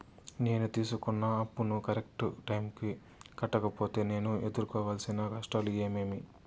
నేను తీసుకున్న అప్పును కరెక్టు టైముకి కట్టకపోతే నేను ఎదురుకోవాల్సిన కష్టాలు ఏమీమి?